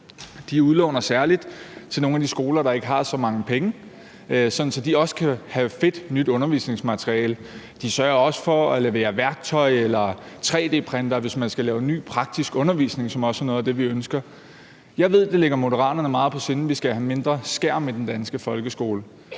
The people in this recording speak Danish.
De udlåner særlig til nogle af de skoler, der ikke har så mange penge, sådan at de også kan have noget fedt nyt undervisningsmateriale. De sørger også for at levere værktøj eller tre-d-printere, hvis man skal lave ny praktisk undervisning, som også er noget af det, vi ønsker. Jeg ved, det ligger Moderaterne meget på sinde, at vi skal have mindre brug af skærm i den danske folkeskole,